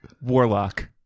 Warlock